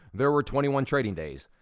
there were twenty one trading days,